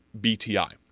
BTI